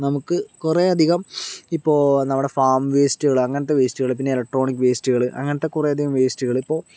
നമുക്ക് കുറെ അധികം ഇപ്പോൾ നമ്മുടെ ഫാം വെയ്സ്റ്റുകൾ അങ്ങനത്തെ വെയ്സ്റ്റുകൾ പിന്നെ ഇലക്ട്രോണിക് വെയ്സ്റ്റുകൾ അങ്ങനത്തെ കുറെ അധികം വെയ്സ്റ്റുകൾ ഇപ്പോൾ